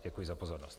Děkuji za pozornost.